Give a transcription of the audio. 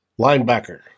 linebacker